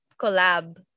collab